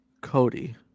Cody